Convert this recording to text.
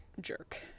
jerk